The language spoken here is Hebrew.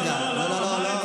לא, לא.